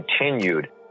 continued